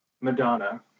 Madonna